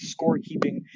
scorekeeping